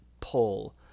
pull